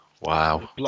Wow